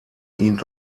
ihnen